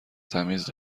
تمیز